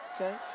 okay